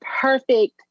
perfect